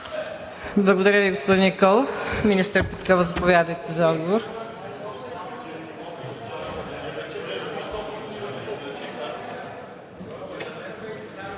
Благодаря Ви, господин Николов. Министър Петков, заповядайте за отговор.